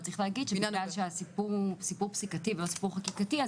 צריך להגיד שבגלל שהסיפור הוא סיפור פסיקתי ולא סיפור חקיקתי,